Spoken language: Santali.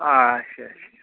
ᱟᱪᱪᱷᱟ ᱟᱪᱪᱷᱟ